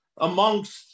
amongst